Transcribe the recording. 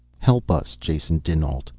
help us, jason dinalt.